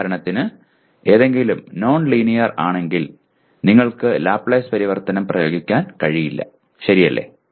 ഉദാഹരണത്തിന് എന്തെങ്കിലും non linear ആണെങ്കിൽ നിങ്ങൾക്ക് ലാപ്ലേസ് പരിവർത്തനം പ്രയോഗിക്കാൻ കഴിയില്ല ശരിയല്ലേ